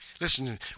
listen